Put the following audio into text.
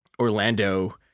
Orlando